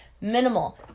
Minimal